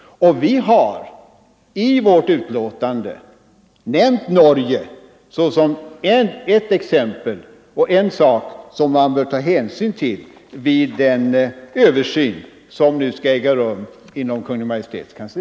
Utskottet har också i sitt betänkande nämnt Norge såsom ett exempel, som man bör ta hänsyn till vid den översyn som nu skall äga rum inom Kungl. Maj:ts kansli.